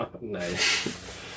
Nice